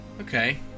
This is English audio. Okay